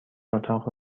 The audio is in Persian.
اتاق